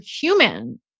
human